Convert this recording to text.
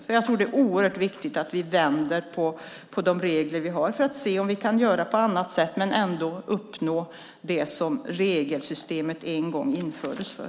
Jag tror att det är oerhört viktigt att vi vänder på de regler vi har för att se om vi kan göra på annat sätt men ändå uppnå det som regelsystemet en gång infördes för.